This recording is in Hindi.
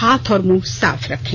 हाथ और मुंह साफ रखें